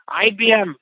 IBM